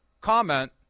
comment